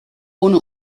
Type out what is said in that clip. ohne